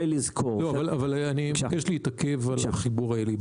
אני מבקש להתעכב על החיבור העילי.